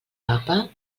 papa